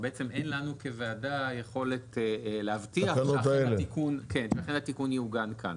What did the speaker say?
אין לנו כוועדה יכולת להבטיח שאכן התיקון יעוגן כאן.